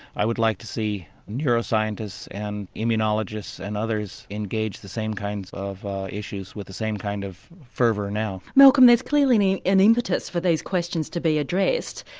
i would like to see neuroscientists and immunologists and others engage the same kinds of issues with the same kind of fervour now. malcolm, there's clearly an impetus for these questions to be addressed,